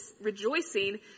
rejoicing